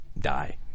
die